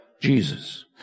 Jesus